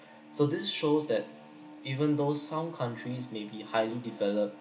so this shows that even though some countries may be highly developed